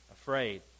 Afraid